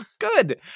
Good